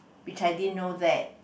which I didn't know that